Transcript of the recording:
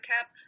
cap